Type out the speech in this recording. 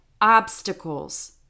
obstacles